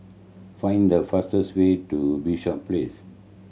find the fastest way to Bishops Place